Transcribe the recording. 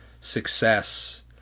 success